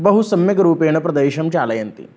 बहुसम्यग्रूपेण प्रदेशं चालयन्ति